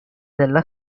della